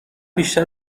بیشتر